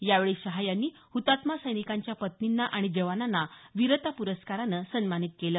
यावेळी शाह यांनी हृतात्मा सैनिकांच्या पत्नींना आणि जवानांना वीरता पुरस्कारानं सन्मानित केलं